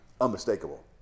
unmistakable